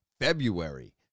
February